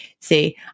see